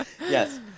Yes